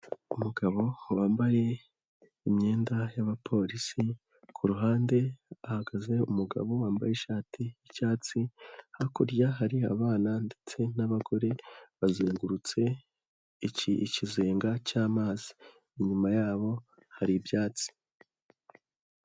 Umugabo wambaye imyenda y'abapolisi ku ruhande hahagaze umugabo wambaye ishati yi'cyatsi, hakurya hari abana ndetse n'abagore bazengurutse ikizenga cy'amazi. Inyuma yabo hari ibyatsi.